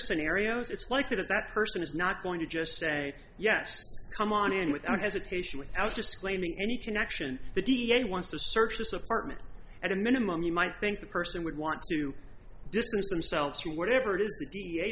scenarios it's likely that that person is not going to just say yes come on in without hesitation without disclaiming any connection the d a wants to search this apartment at a minimum you might think the person would want to distance themselves from whatever it is